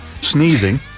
sneezing